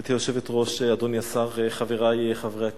גברתי היושבת-ראש, אדוני השר, חברי חברי הכנסת,